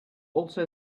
also